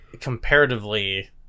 comparatively